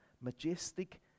majestic